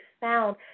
found